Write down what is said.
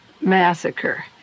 massacre